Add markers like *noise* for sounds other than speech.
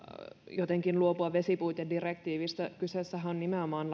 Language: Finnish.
jotenkin luopua vesipuitedirektiivistä kyseessähän on nimenomaan *unintelligible*